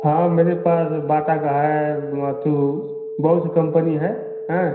हाँ मेरे पास बाटा का है वा तो बहुत से कम्पनी है हाँ